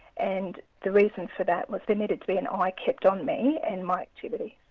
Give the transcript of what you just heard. and the reason for that was there needed to be an um eye kept on me and my activities.